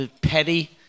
petty